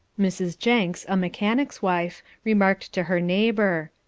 mrs. jenks, a mechanic's wife, remarked to her neighbour.